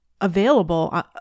available